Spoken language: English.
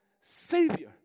Savior